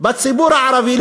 בציבור הערבי.